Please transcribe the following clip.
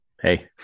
hey